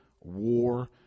war